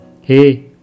Hey